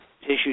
tissue